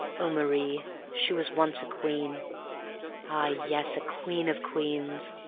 oh marie, she was once a queen ah yes, a queen of queens.